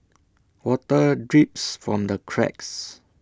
water drips from the cracks